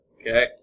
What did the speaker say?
Okay